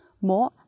More